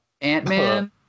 Ant-Man